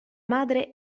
madre